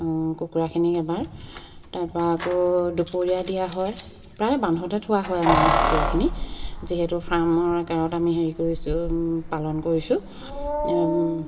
কুকুৰাখিনিক এবাৰ তাৰপৰা আকৌ দুপৰীয়া দিয়া হয় প্ৰায় বান্ধতে থোৱা হয় আমাৰ কুকুৰাখিনি যিহেতু ফাৰ্মৰ কাৰত আমি হেৰি কৰিছোঁ পালন কৰিছোঁ